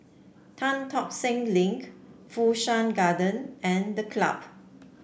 Tan Tock Seng Link Fu Shan Garden and The Club